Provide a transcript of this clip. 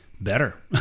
better